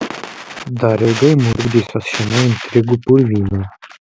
dar ilgai murkdysiuos šiame intrigų purvyne